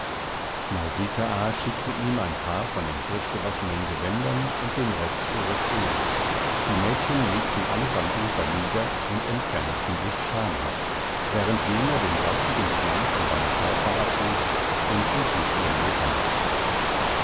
schickte ihm ein paar von den frisch gewaschenen gewändern und den rest ihres öles die mädchen legten alles am ufer nieder und entfernten sich schamhaft während jener den salzigen schlamm von seinem körper abwusch und sich mit öle salbte